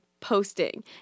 posting